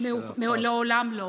מאשר לעולם לא.